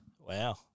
Wow